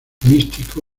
místico